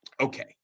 Okay